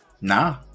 Nah